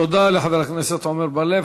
תודה לחבר הכנסת עמר בר-לב.